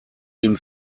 ihm